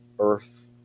earth